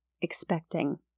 expecting